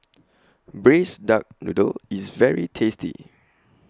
Braised Duck Noodle IS very tasty